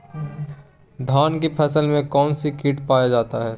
धान की फसल में कौन सी किट पाया जाता है?